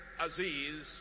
Aziz